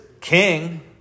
king